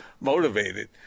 motivated